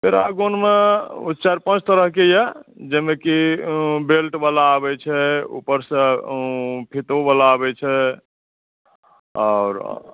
पैरागौनमे ओ चारि पाँच तरहके यए जाहिमे कि बेल्टवला आबैत छै ऊपरसँ फ़ीतोवला आबैत छै आओर